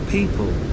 People